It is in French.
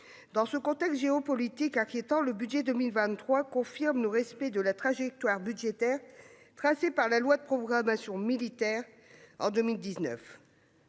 Dans ce contexte géopolitique inquiétant, le budget pour 2023 confirme le respect de la trajectoire budgétaire tracée par la loi de programmation militaire en 2019.